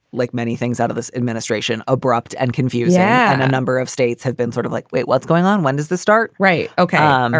like many things out of this administration. abrupt and confusing yeah a number of states have been sort of like, wait, what's going on? when does the start? right. okay. um all